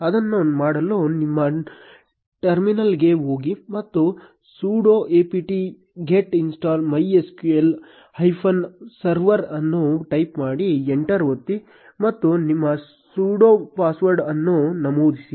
ಅದನ್ನು ಮಾಡಲು ನಿಮ್ಮ ಟರ್ಮಿನಲ್ಗೆ ಹೋಗಿ ಮತ್ತು sudo apt get install MySQL hyphen server ಅನ್ನು ಟೈಪ್ ಮಾಡಿ ಎಂಟರ್ ಒತ್ತಿ ಮತ್ತು ನಿಮ್ಮ ಸುಡೋ ಪಾಸ್ವರ್ಡ್ ಅನ್ನು ನಮೂದಿಸಿ